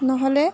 নহ'লে